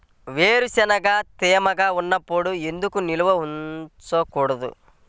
వేరుశనగలు తేమగా ఉన్నప్పుడు ఎందుకు నిల్వ ఉంచకూడదు?